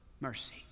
mercy